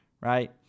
Right